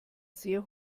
sehr